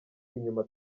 inyuma